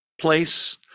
place